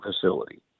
facility